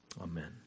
Amen